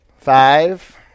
Five